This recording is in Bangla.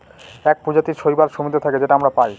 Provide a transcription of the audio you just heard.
এক প্রজাতির শৈবাল সমুদ্রে থাকে যেটা আমরা পায়